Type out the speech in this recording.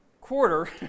quarter